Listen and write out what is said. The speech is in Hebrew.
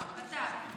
בט"פ.